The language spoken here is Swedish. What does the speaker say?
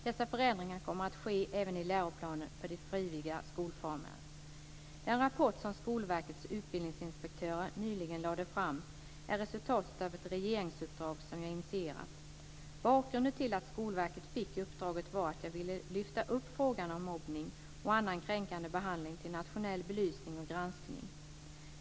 Dessa förändringar kommer att ske även i läroplanen för de frivilliga skolformerna Den rapport som Skolverkets utbildningsinspektörer nyligen lade fram är resultatet av ett regeringsuppdrag som jag initierat. Bakgrunden till att Skolverket fick uppdraget var att jag ville lyfta upp frågan om mobbning och annan kränkande behandling till nationell belysning och granskning.